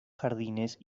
jardines